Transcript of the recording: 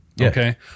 Okay